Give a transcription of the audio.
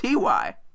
Ty